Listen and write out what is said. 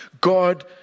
God